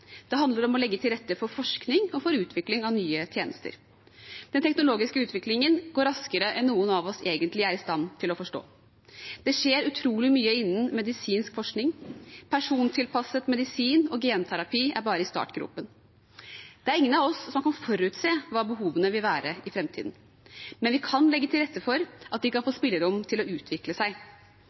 Det handler om å legge til rette for forskning og for utvikling av nye tjenester. Den teknologiske utviklingen går raskere enn noen av oss egentlig er i stand til å forstå. Det skjer utrolig mye innen medisinsk forskning. Persontilpasset medisin og genterapi er bare i startgropen. Det er ingen av oss som kan forutse hva behovene vil være i framtiden, men vi kan legge til rette for at de kan få spillerom til å utvikle seg,